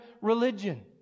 religion